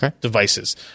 devices